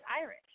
Irish